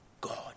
God